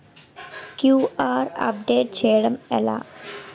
QR update చేయడం ఎలా?